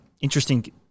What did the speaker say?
interesting